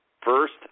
First